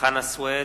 חנא סוייד,